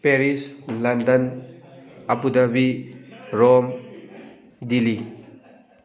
Paris London Abu Dhabi Rome Delhi